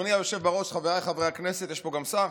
אדוני היושב-ראש, חבריי חברי הכנסת, יש כאן גם שר?